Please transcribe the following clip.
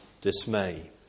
dismay